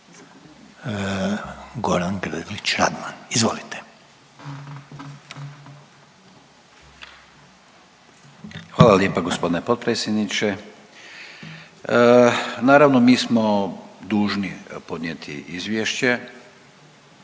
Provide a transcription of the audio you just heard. **Grlić Radman, Gordan (HDZ)** Hvala lijepa gospodine potpredsjedniče. Naravno mi smo dužni podnijeti izvješće,